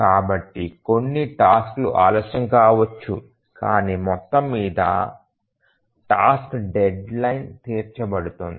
కాబట్టి కొన్ని టాస్క్లు ఆలస్యం కావచ్చు కానీ మొత్తంమీద టాస్క్ డెడ్ లైన్ తీర్చబడుతుంది